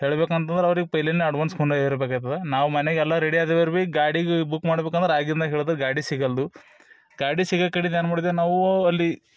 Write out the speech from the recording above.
ಹೇಳ್ಬೇಕು ಅಂತಂದ್ರೆ ಅವ್ರಿಗೆ ಪೆಯ್ಲೆನ ಅಡ್ವಾನ್ಸ್ ಕೊಂಡೋಯಿರ್ಬೇಕು ಐತದ ನಾವು ಮನಿಗೆ ಎಲ್ಲ ರೆಡಿ ಆದರೂ ಭಿ ಗಾಡಿಗೆ ಬುಕ್ ಮಾಡ್ಬೇಕು ಅಂದರು ಆಗಿನ ಹೇಳಿದ ಗಾಡಿ ಸಿಗವಲ್ದು ಗಾಡಿ ಸಿಗಕಡಿಗೆ ಏನು ಮಾಡಿದೆವು ನಾವು ಅಲ್ಲಿ